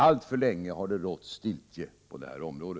Alltför länge har det rått stiltje på detta område.